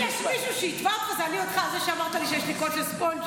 אם יש מישהו שיתבע זה אני אותך על זה שאמרת לי שיש לי קול של ספונג'ה.